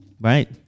right